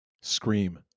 scream